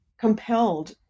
compelled